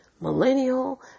Millennial